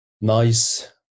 nice